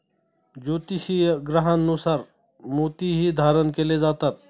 ज्योतिषीय ग्रहांनुसार मोतीही धारण केले जातात